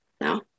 no